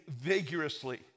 vigorously